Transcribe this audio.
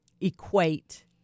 equate